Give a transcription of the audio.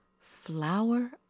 Flower